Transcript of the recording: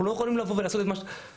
אנחנו לא יכולים לבוא ולעשות ---.